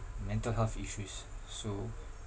mental health issues so